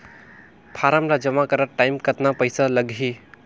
Form ला जमा करत टाइम कतना पइसा लगही?